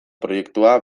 proiektua